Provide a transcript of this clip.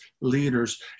leaders